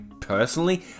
personally